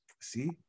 See